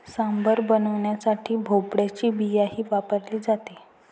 सांबार बनवण्यासाठी भोपळ्याची बियाही वापरली जाते